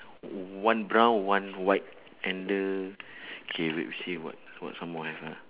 one brown one white and the K wait we see got got some more have or not